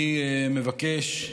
אני מבקש,